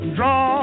Draw